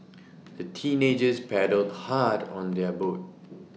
the teenagers paddled hard on their boat